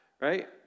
right